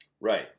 Right